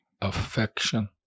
affection